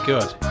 good